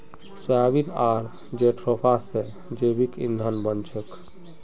soybean आर jatropha स जैविक ईंधन बन छेक